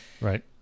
Right